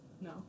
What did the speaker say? No